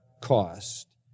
cost